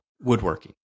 woodworking